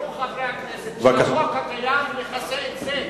ידעו חברי הכנסת שהחוק הקיים מכסה את זה,